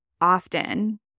often